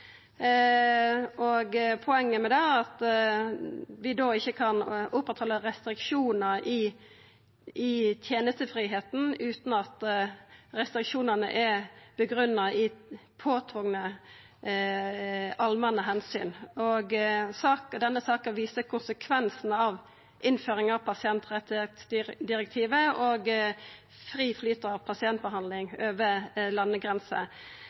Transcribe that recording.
Poenget med det er at vi da ikkje kan oppretthalda restriksjonar i tenestefridomen utan at restriksjonane er grunngitte i påtvungne allmenne omsyn. Denne saka viser konsekvensane av innføringa av pasientrettsdirektivet og fri flyt av pasientbehandling over landegrenser.